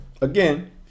Again